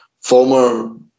former